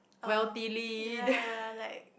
uh ya ya like